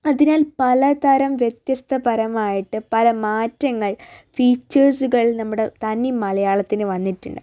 അതിനാൽ പലതരം വ്യത്യസ്ഥപരമായിട്ട് പല മാറ്റങ്ങൾ ഫീച്ചേഴ്സുകൾ നമ്മുടെ തനിമലയാളത്തിന് വന്നിട്ടുണ്ട്